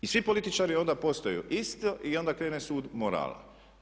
I svi političari postaju isto i onda krene sud morala.